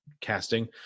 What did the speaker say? casting